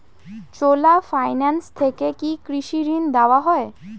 চোলা finance থেকে কি কৃষি ঋণ দেওয়া হয়?